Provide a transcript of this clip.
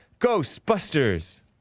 Ghostbusters